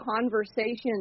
conversations